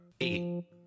eight